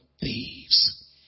thieves